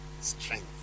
strength